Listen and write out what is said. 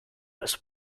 was